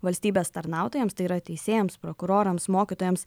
valstybės tarnautojams tai yra teisėjams prokurorams mokytojams